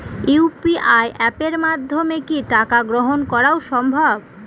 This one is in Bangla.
ইউ.পি.আই অ্যাপের মাধ্যমে কি টাকা গ্রহণ করাও সম্ভব?